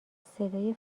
صدای